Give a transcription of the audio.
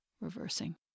reversing